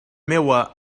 meua